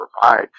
provide